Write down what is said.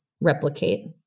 replicate